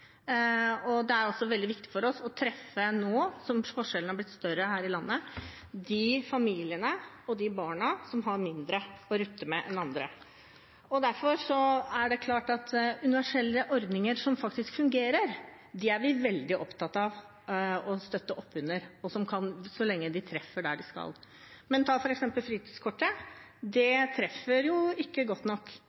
og det er også veldig viktig for oss – nå som forskjellene har blitt større her i landet – å treffe de familiene og de barna som har mindre å rutte med enn andre. Derfor er det klart at universelle ordninger som faktisk fungerer, er vi veldig opptatt av å støtte opp under, så lenge de treffer der de skal. Men ta f.eks. fritidskortet: Det treffer ikke godt nok.